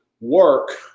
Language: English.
work